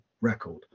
record